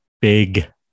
big